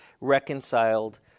reconciled